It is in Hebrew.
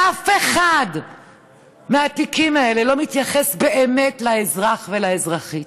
ואף אחד מהתיקים האלה לא מתייחס באמת לאזרח ולאזרחית.